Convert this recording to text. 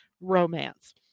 romance